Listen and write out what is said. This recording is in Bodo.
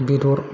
बेदर